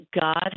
God